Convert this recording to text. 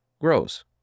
grows